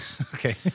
Okay